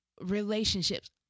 relationships